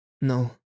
No